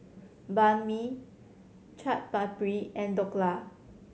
Banh Mi Chaat Papri and Dhokla